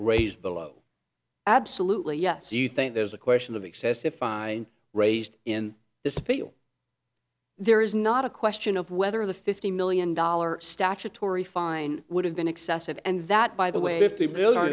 raised below absolutely yes you think there's a question of excessive fine raised in this bill there is not a question of whether the fifty million dollars statutory fine would have been excessive and that by the way